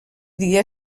dia